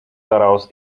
daraus